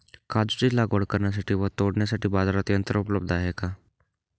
काजूची लागवड करण्यासाठी व तोडण्यासाठी बाजारात यंत्र उपलब्ध आहे का?